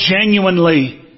genuinely